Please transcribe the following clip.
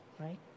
right